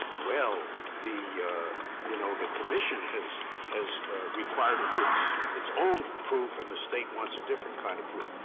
well, the you know, the commission has has required its its own proof and the state wants a different kind of proof.